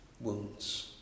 wounds